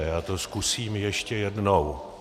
Já to zkusím ještě jednou.